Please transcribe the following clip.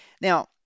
Now